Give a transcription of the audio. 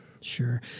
Sure